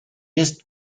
just